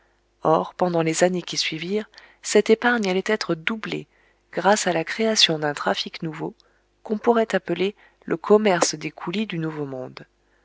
or pendant les années qui suivirent cette épargne allait être doublée grâce à la création d'un trafic nouveau qu'on pourrait appeler le commerce des coolies du nouveau monde